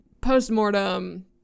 postmortem